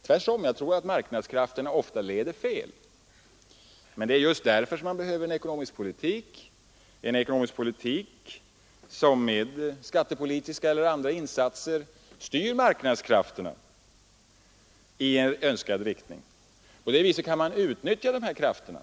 Jag tror tvärtom att marknadskrafterna ofta leder fel. Det är just därför som vi behöver en ekonomisk politik som med skattepolitiska eller andra insatser styr marknadskrafterna i önskad riktning. På det viset kan man utnyttja de här krafterna.